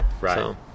right